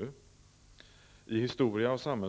Genom tillkomsten